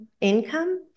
income